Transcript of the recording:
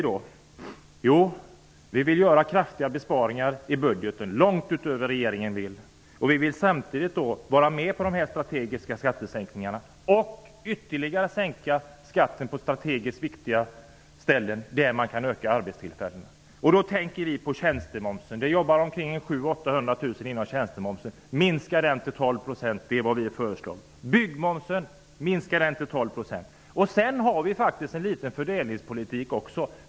Jo, vi vill göra kraftiga besparingar i budgeten, långt utöver vad regeringen vill. Samtidigt vill vi vara med på de strategiska skattesänkningarna. Dessutom vill vi ytterligare sänka skatten på strategiskt viktiga områden i syfte att öka arbetstillfällena. Då tänker vi på tjänstemomsen. Det är ca 700 000--800 000 personer som berörs av tjänstemomsen. Minska tjänstemomsen till 12 %! Det är vårt förslag. Minska också byggmomsen till Sedan har vi faktiskt en fördelningspolitik också.